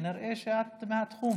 כנראה שאת מהתחום.